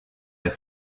leur